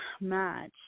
match